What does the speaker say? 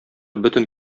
бөтен